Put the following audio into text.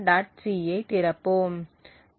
c ஐ திறப்போம்